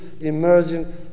emerging